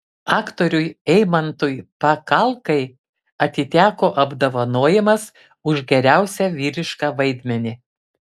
aktoriui eimantui pakalkai atiteko apdovanojimas už geriausią vyrišką vaidmenį